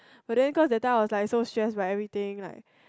but then because that time I was like so stressed about everything